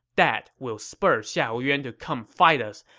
that will spur xiahou yuan to come fight us,